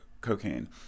cocaine